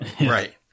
Right